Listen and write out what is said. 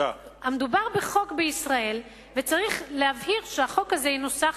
מדובר בחוק בישראל, וצריך להבטיח שהחוק הזה ינוסח